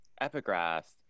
epigraph